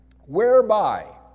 Whereby